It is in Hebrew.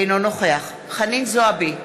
אינו נוכח חנין זועבי,